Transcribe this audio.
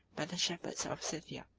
by the shepherds of scythia